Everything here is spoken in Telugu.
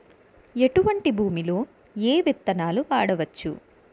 ఎటువంటి భూమిలో ఏ విత్తనాలు వాడవచ్చు?